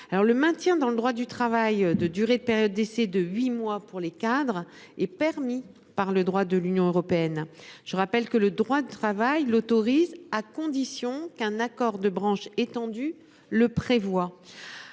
le maintien dans le droit du travail de durée périodes d'essayer de 8 mois pour les cadres et permis par le droit de l'Union européenne. Je rappelle que le droit du travail l'autorise à condition qu'un accord de branche étendu le prévoie